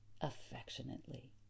affectionately